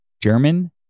German